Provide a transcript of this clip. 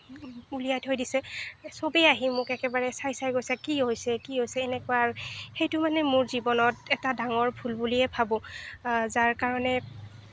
উলিয়াই থৈ দিছে সবেই আহি মোক একেবাৰে চাই চাই গৈছে কি হৈছে কি হৈছে এনেকুৱা আৰু সেইটো মানে মোৰ জীৱনত এটা ডাঙৰ ভুল বুলিয়েই ভাবোঁ যাৰ কাৰণে